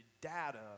data